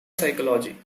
psychology